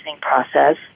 process